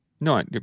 no